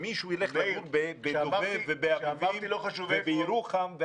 שמישהו ילך לגור בדוב"ב ובאביבים ובירוחם.